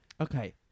Okay